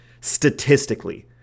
statistically